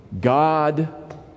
God